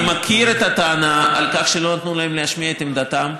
אני מכיר את הטענה שלא נתנו להם להשמיע את עמדתם.